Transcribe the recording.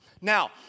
Now